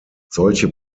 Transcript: solche